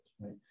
right